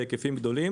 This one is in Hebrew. בהיקפים גדולים.